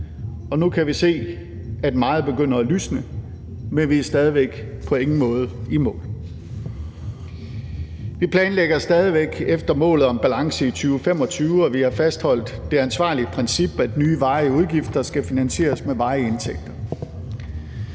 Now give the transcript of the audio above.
nu kan vi se, at meget begynder at lysne. Men vi er stadig væk på ingen måde i mål. Vi planlægger stadig væk efter målet om balance i 2025, og vi har fastholdt det ansvarlige princip, at nye varige udgifter skal finansieres med varige indtægter.